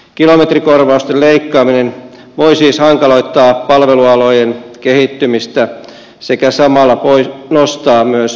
kilometrikorvausten leikkaaminen voi siis hankaloittaa palvelualojen kehittymistä sekä samalla nostaa myös palvelujen hintaa